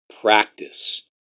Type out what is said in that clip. practice